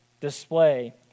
display